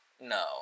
no